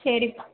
சரிப்பா